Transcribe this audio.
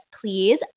Please